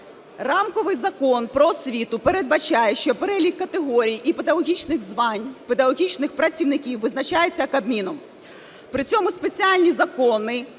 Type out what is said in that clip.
Рамковий Закон "Про освіту" передбачає, що перелік категорій і педагогічних звань педагогічних працівників визначається Кабміном. При цьому спеціальні закони